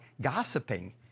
gossiping